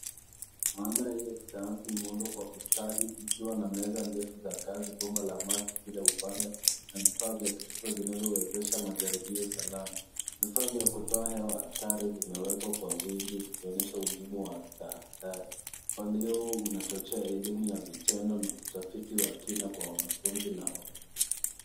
Maabara hii ya kisayansi imeundwa kwa ustadi ikiwa na meza ndefu za kazi, bomba la maji kila upande na vifaa vya kisasa vinavyowezesha majaribio salama. Vifaa vya kutoa hewa hatari vimewekwa kwa wingi vikionyesha umuhimu wa tahadhari. Mpangilio huu unachochea elimu ya vitendo na utafiti wa kina kwa wanafunzi na watafiti.